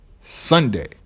Sunday